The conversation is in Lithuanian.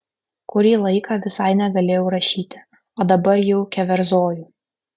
kurį laiką visai negalėjau rašyti o dabar jau keverzoju